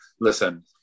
listen